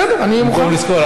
בסדר, אני מוכן.